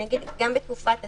גם בתקופת הסגר,